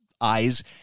eyes